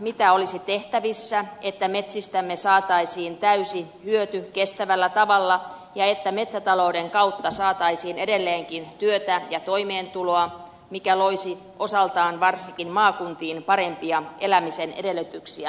mitä olisi tehtävissä että metsistämme saataisiin täysi hyöty kestävällä tavalla ja että metsätalouden kautta saataisiin edelleenkin työtä ja toimeentuloa mikä loisi osaltaan varsinkin maakuntiin parempia elämisen edellytyksiä tulevaisuudessakin